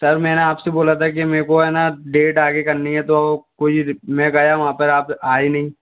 sir मैंने आप से बोला था कि मेरे को है ना डेट आगे करनी है तो कोई मैं गया वहाँ पर आप आए नहीं